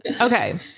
Okay